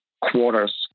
quarters